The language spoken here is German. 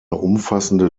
umfassende